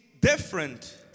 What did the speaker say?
different